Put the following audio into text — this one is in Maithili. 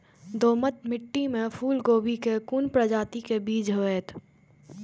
दोमट मिट्टी में फूल गोभी के कोन प्रजाति के बीज होयत?